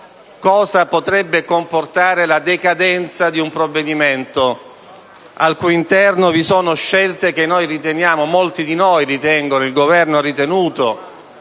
cosa potrebbe comportare la decadenza di un provvedimento al cui interno vi sono scelte che molti di noi ritengono e il Governo ha ritenuto